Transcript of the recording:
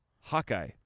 Hawkeye